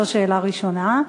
זו שאלה ראשונה.